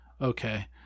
Okay